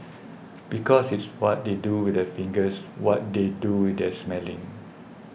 because it's what they do with their fingers what they do with their smelling